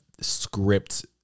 script